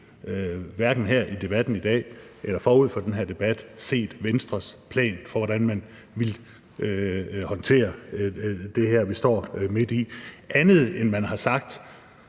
hverken her i debatten i dag eller forud for den her debat, set Venstres plan for, hvordan man vil håndtere det her, vi står midt i, andet end at man har sagt,